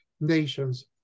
nations